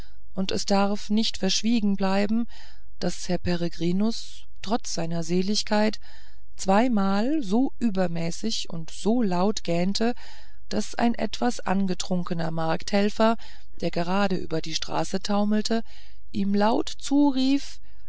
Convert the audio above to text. und es darf nicht verschwiegen bleiben daß herr peregrinus trotz seiner seligkeit zweimal so übermäßig und so laut gähnte daß ein etwas angetrunkener markthelfer der gerade über die straße taumelte ihm laut zurief